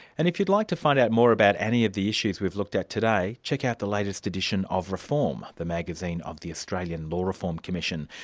and if you'd like to find out more about any of the issues we've looked at today, check out the latest edition of reform, the magazine of the australian law reform commission.